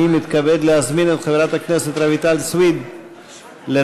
אני מתכבד להזמין את חברת הכנסת רויטל סויד לנמק,